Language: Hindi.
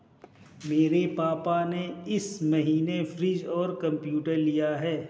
मेरे पापा ने इस महीने फ्रीज और कंप्यूटर लिया है